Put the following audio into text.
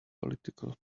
political